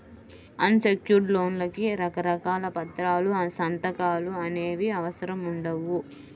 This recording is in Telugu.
అన్ సెక్యుర్డ్ లోన్లకి రకరకాల పత్రాలు, సంతకాలు అనేవి అవసరం ఉండవు